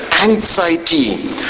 anxiety